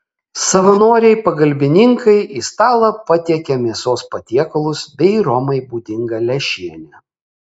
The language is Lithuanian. savanoriai pagalbininkai į stalą patiekia mėsos patiekalus bei romai būdingą lęšienę